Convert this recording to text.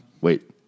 Wait